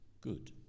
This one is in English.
good